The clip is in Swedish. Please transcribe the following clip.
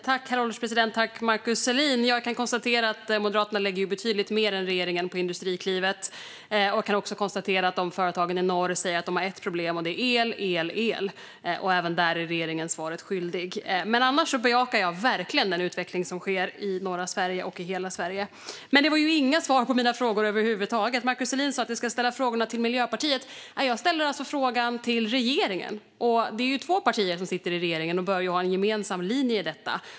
Herr ålderspresident! Tack, Markus Selin! Jag kan konstatera att Moderaterna lägger betydligt mycket mer än regeringen på Industriklivet. Jag kan konstatera att företagen i norr säger att de har ett problem, och det är elen. Även där är regeringen svaret skyldig. Annars bejakar jag verkligen den utveckling som sker i norra Sverige och i hela Sverige. Men jag fick inga svar på mina frågor över huvud taget. Markus Selin sa att jag ska ställa frågorna till Miljöpartiet. Men jag ställde frågorna till regeringen, och det är ju två partier som sitter i regeringen, och de bör ha en gemensam linje i detta.